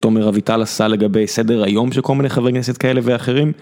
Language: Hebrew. תומר אביטל עשה לגבי סדר היום של כל מיני חברי כנסת כאלה ואחרים.